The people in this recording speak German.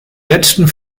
letzten